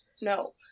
No